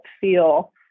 feel